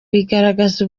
bigaragaza